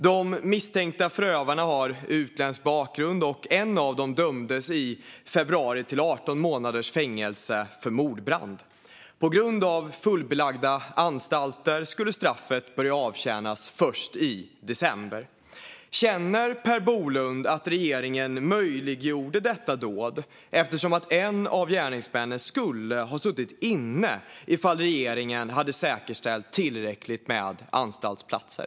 De misstänkta har utländsk bakgrund, och en av dem dömdes i februari till 18 månaders fängelse för mordbrand. På grund av fullbelagda anstalter skulle straffet börja avtjänas först i december. Känner Per Bolund att regeringen möjliggjorde detta dåd då en av gärningsmännen skulle ha suttit inne om regeringen hade säkerställt tillräckligt med anstaltsplatser?